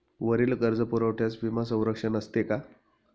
वरील कर्जपुरवठ्यास विमा संरक्षण असते का?